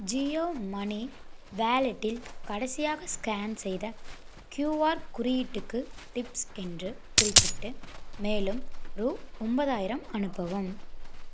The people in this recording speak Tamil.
ஜியோமனி வேலெட்டில் கடைசியாக ஸ்கேன் செய்த கியூஆர் குறியீட்டுக்கு டிப்ஸ் என்று குறிப்பிட்டு மேலும் ரூ ஒன்பதாயிரம் அனுப்பவும்